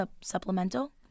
supplemental